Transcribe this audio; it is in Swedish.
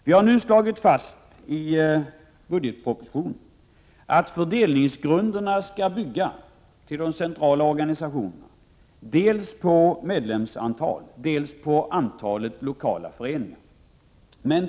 Vi har nu slagit fast i budgetpropositionen att fördelningen till de centrala organisationerna skall bygga dels på medlemsantal, dels på antalet lokala föreningar.